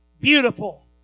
beautiful